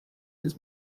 his